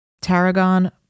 tarragon